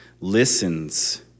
listens